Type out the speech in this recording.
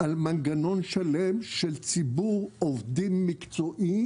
על מנגנון שלם של ציבור עובדים מקצועי,